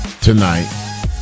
tonight